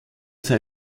sei